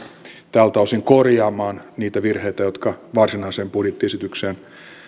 tältä osin korjaamaan niitä virheitä jotka varsinaiseen budjettiesitykseen